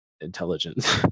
Intelligence